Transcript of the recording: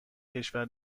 کشور